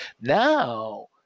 Now